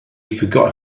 forgot